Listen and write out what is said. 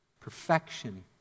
perfection